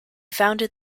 founded